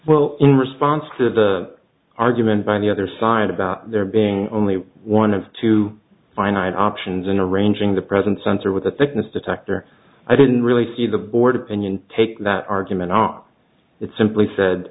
well in response to the argument by the other side about there being only one of two finite options in arranging the present sensor with the thickness detector i didn't really see the board opinion take that argument on it simply said